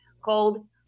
called